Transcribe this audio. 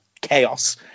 chaos